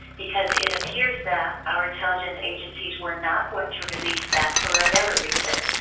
because it appears that our intelligence agencies were not going to release that for whatever reason.